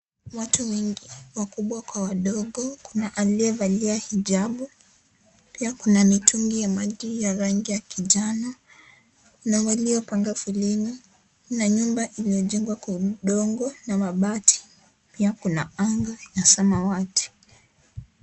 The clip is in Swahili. Watu wengi wakubwa kwa wadogo, kuna aliyevalia hijabu pia kuna mitungi ya maji ya rangi ya kijano na waliopanga foleni na nyumba imejengwa kwa udongo na mabati na pia kuna anga ya samawati.